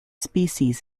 species